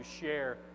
share